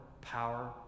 power